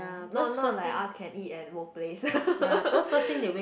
not not like us can eat at workplace